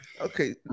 Okay